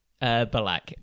Balak